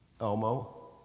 Elmo